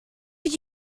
have